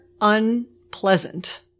unpleasant